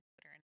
Twitter